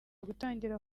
gutangira